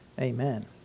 Amen